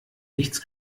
nichts